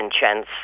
chance